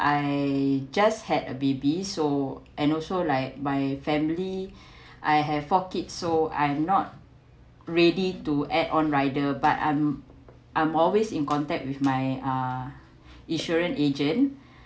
I just had a baby so and also like my family I have four kids so I'm not ready to add on rider but I'm I'm always in contact with my uh insurance agent